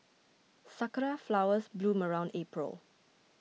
sakura flowers bloom around April